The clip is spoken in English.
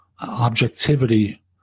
objectivity